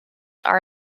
are